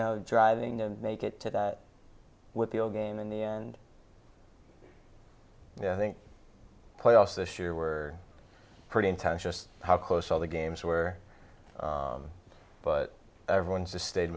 know driving and make it to that with the again in the end yeah i think playoffs this year were pretty intense just how close all the games where but everyone just stayed